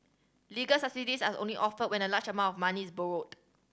legal subsidies are only offered when a large amount of money is borrowed